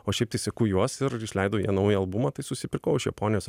o šiaip tai seku juos ir išleido jie naują albumą tai susipirkau iš japonijos